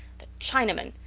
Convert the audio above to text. the chinamen!